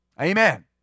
Amen